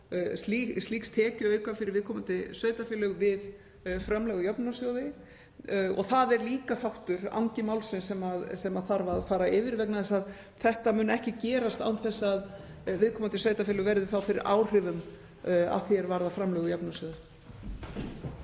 slíks tekjuauka fyrir viðkomandi sveitarfélög við framlög úr jöfnunarsjóði og það er líka þáttur, angi málsins, sem þarf að fara yfir. Þetta mun ekki gerast án þess að viðkomandi sveitarfélög verði þá fyrir áhrifum að því er varðar framlög úr jöfnunarsjóði.